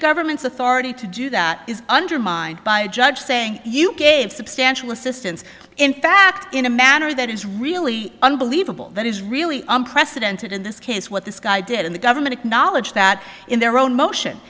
government's authority to do that is undermined by a judge saying you gave substantial assistance in fact in a manner that is really unbelievable that is really unprecedented in this case what this guy did in the government acknowledge that in their own motion